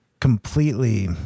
completely